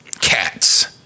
Cats